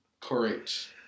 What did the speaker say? Correct